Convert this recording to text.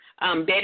Betty